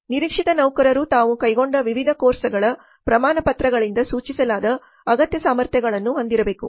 ನಿರೀಕ್ಷಿತ ನೌಕರರು ತಾವು ಕೈಗೊಂಡ ವಿವಿಧ ಕೋರ್ಸ್ಗಳ ಪ್ರಮಾಣಪತ್ರಗಳಿಂದ ಸೂಚಿಸಲಾದ ಅಗತ್ಯ ಸಾಮರ್ಥ್ಯಗಳನ್ನು ಹೊಂದಿರಬೇಕು